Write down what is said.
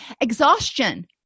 Exhaustion